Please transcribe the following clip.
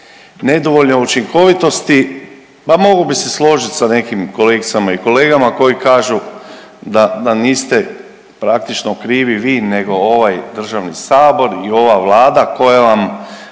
nedovoljne učinkovitosti, ma mogao bih se složiti sa nekim kolegicama i kolegama koji kažu da niste praktično krivi vi, nego ovaj državni Sabor i ova Vlada koja vam